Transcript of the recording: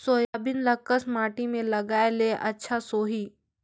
Soybean ल कस माटी मे लगाय ले अच्छा सोही?